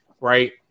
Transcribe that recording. right